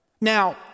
Now